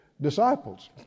disciples